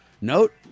Note